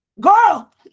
Girl